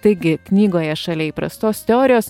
taigi knygoje šalia įprastos teorijos